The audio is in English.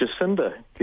Jacinda